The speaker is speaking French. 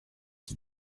qui